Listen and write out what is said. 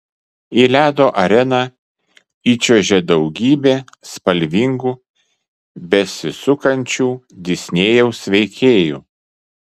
į ledo areną įčiuožė daugybė spalvingų besisukančių disnėjaus veikėjų